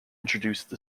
introduced